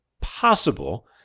possible